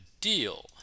deal